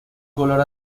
color